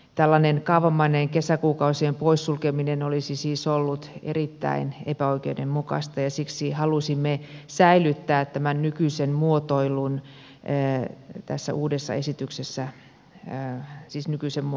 tällainen kaavamainen kesäkuukausien poissulkeminen olisi siis ollut erittäin epäoikeudenmukaista ja siksi halusimme säilyttää tämän muotoilun tässä uudessa esityksessä nykyisen muotoisena